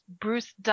Bruce